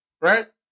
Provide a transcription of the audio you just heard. Right